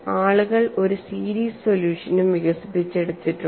ആളുകൾ ഒരു സീരീസ് സൊല്യൂഷനും വികസിപ്പിച്ചെടുത്തിട്ടുണ്ട്